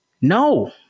no